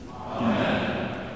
Amen